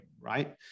right